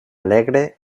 alegre